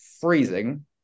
freezing